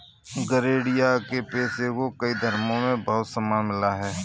गरेड़िया के पेशे को कई धर्मों में बहुत सम्मान मिला है